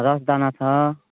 रसदाना छ